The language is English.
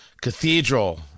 Cathedral